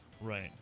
Right